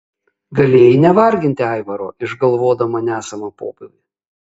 galėjai nevarginti aivaro išgalvodama nesamą pobūvį